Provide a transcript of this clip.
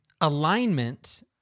alignment